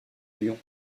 lyon